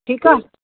ठीकु आहे